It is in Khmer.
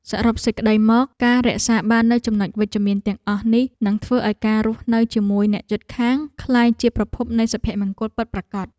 សរុបសេចក្តីមក ការរក្សាបាននូវចំណុចវិជ្ជមានទាំងអស់នេះនឹងធ្វើឱ្យការរស់នៅជាមួយអ្នកជិតខាងក្លាយជាប្រភពនៃសុភមង្គលពិតប្រាកដ។